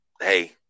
hey